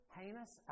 heinous